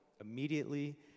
Immediately